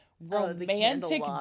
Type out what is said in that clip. romantic